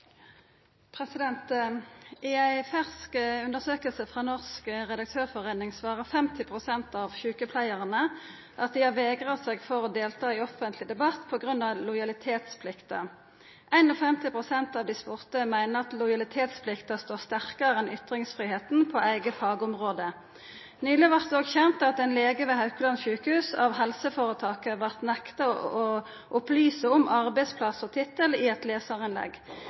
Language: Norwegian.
Norsk Redaktørforening svarar 50 pst. av sjukepleiarane at dei har vegra seg for å delta i offentleg debatt på grunn av lojalitetsplikta. 51 pst. av dei spurte meiner at lojalitetsplikta står sterkare enn ytringsfridomen på eige fagområde. Nyleg vart det òg kjent at ein lege ved Haukeland sjukehus av helseføretaket vart nekta å opplyse om arbeidsplass og tittel i eit lesarinnlegg.